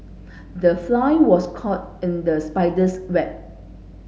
the fly was caught in the spider's web